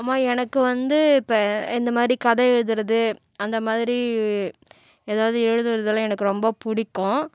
அம்மா எனக்கு வந்து இப்போ இந்தமாதிரி கதை எழுதுகிறது அந்தமாதிரி ஏதாவது எழுதுகிறதுலாம் எனக்கு ரொம்ப பிடிக்கும்